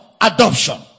adoption